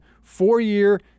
Four-year